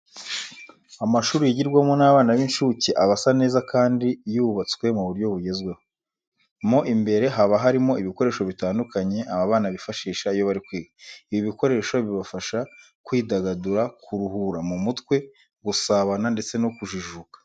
Amashuri yigirwamo n'abana b'incuke aba asa neza kandi yubatswe mu buryo bugezweho. Mo imbere haba harimo ibikoresho bitandukanye aba bana bifashisha iyo bari kwiga. Ibi bikoresho bibafasha kwidagadura, kuruhura mu mutwe, gusabana ndetse no kujijuka.